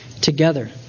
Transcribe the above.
together